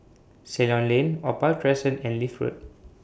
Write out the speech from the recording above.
Ceylon Lane Opal Crescent and Leith Road